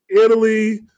Italy